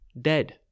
dead